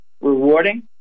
rewarding